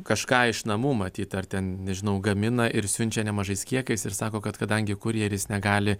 kažką iš namų matyt ar ten nežinau gamina ir siunčia nemažais kiekiais ir sako kad kadangi kurjeris negali